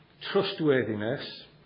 Trustworthiness